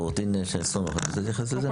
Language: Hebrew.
עו"ד שי סומך, אתה רוצה להתייחס לזה?